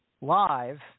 live